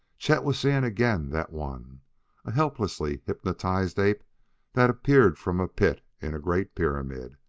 chet was seeing again that one a helplessly hypnotized ape that appeared from a pit in a great pyramid.